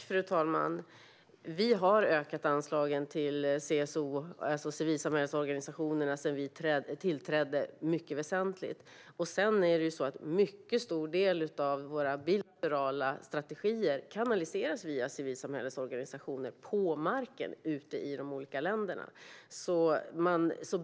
Fru talman! Vi har ökat anslagen till civilsamhällsorganisationerna mycket väsentligt sedan vi tillträdde. Sedan kanaliseras en mycket stor del av våra bilaterala strategier via civilsamhällsorganisationer på marken ute i de olika länderna.